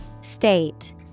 State